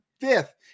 fifth